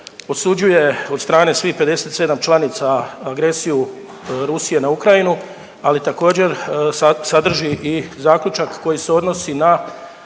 osuđuje od strane svih 57 članica agresiju Rusije na Ukrajinu, ali također sadrži i zaključak koji se odnosi na